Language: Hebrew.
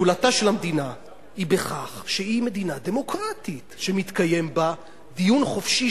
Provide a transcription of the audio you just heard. גדולתה של המדינה היא בכך שהיא מדינה דמוקרטית שמתקיים בה דיון חופשי,